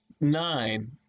nine